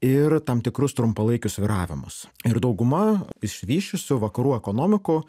ir tam tikrus trumpalaikius svyravimus ir dauguma išsivysčiusių vakarų ekonomikų